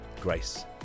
grace